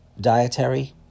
dietary